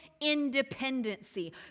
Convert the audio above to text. independency